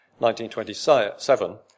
1927